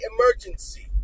emergency